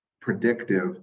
predictive